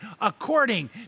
according